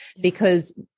because-